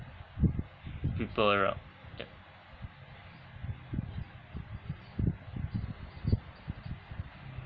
people around yup